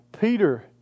Peter